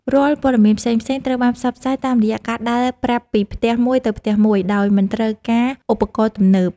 រាល់ព័ត៌មានផ្សេងៗត្រូវបានផ្សព្វផ្សាយតាមរយៈការដើរប្រាប់ពីផ្ទះមួយទៅផ្ទះមួយ ដោយមិនត្រូវការឧបករណ៍ទំនើប។